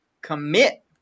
commit